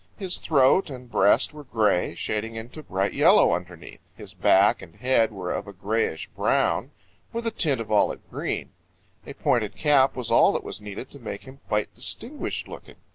his throat and breast were gray, shading into bright yellow underneath. his back and head were of a grayish-brown with a tint of olive-green. a pointed cap was all that was needed to make him quite distinguished looking.